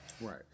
Right